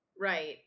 Right